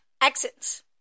Accents